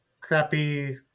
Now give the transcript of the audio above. crappy